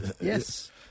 Yes